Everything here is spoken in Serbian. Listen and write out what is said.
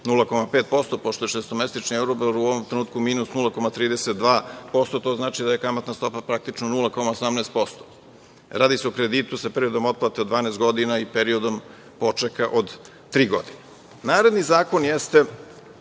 0,5%, pošto je šestomesečni Euribor u ovom trenutku minus 0,32%, to znači da je kamatna stopa praktično 0,18%. Radi se o kreditu sa periodom otplate od 12 godina i periodom počeka od tri godine. Naredni zakon jeste